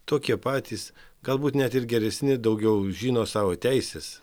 tokie patys galbūt net ir geresni daugiau žino savo teises